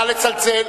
נא לצלצל.